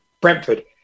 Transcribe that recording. Brentford